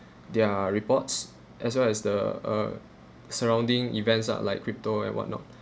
their reports as well as the uh surrounding events ah like crypto and what not